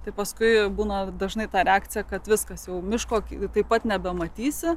tai paskui būna dažnai tą reakciją kad viskas jau miško taip pat nebematysi